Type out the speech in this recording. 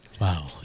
Wow